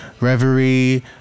Reverie